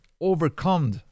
overcome